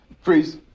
Freeze